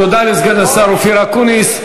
תודה לסגן השר אופיר אקוניס.